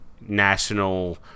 national